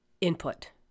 input